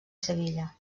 sevilla